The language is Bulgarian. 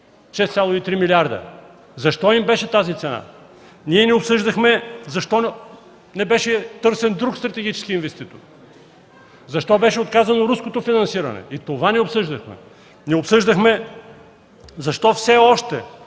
6,3 милиарда? Защо им беше тази цена? Не обсъждахме защо не беше търсен друг стратегически инвеститор. Защо беше отказано руското финансиране – и това не обсъждахме. Не обсъждахме защо все още